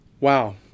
Wow